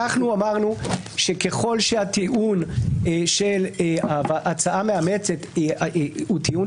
אמרנו שככל שהטיעון של ההצעה המאמצת הוא טיעון